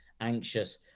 anxious